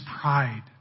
pride